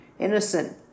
Innocent